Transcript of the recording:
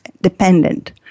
dependent